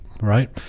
right